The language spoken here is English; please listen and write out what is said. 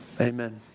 Amen